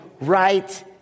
right